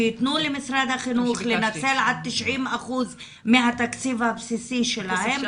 שיתנו למשרד החינוך לנצל עד 90% מהתקציב הבסיסי שלו,